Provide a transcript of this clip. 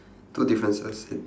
two differences in